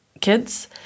kids